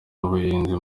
w’ubuhinzi